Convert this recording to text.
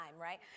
right